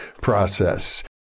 process